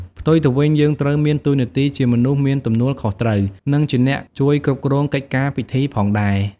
ផ្ទុយទៅវិញ យើងត្រូវមានតួនាទីជាមនុស្សមាន ទំនួលខុសត្រូវ និងជាអ្នក ជួយគ្រប់គ្រងកិច្ចការពិធីផងដែរ។